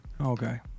Okay